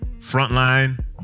Frontline